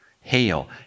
hail